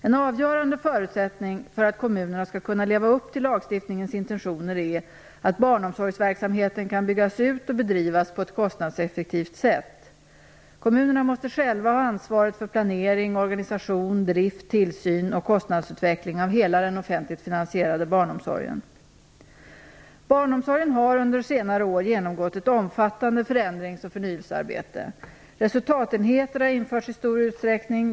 En avgörande förutsättning för att kommunerna skall kunna leva upp till lagstiftningens intentioner är att barnomsorgsverksamheten kan byggas ut och bedrivas på ett kostnadseffektivt sätt. Kommunerna måste själva ha ansvaret för planering, organisation, drift, tillsyn och kostnadsutveckling av hela den offentligt finansierade barnomsorgen. Barnomsorgen har under senare år genomgått ett omfattande förändrings och förnyelsearbete. Resultatenheter har införts i stor utsträckning.